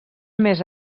més